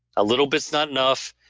a little bit's not enough,